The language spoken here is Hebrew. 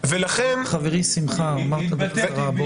חברי שמחה, אמרת בקצרה.